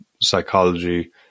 psychology